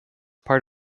part